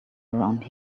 around